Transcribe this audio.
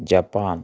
Japan